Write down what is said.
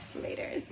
Later